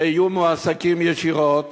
שיהיו מועסקים ישירות.